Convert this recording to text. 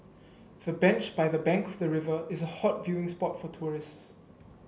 the bench by the bank of the river is a hot viewing spot for tourists